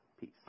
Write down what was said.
peace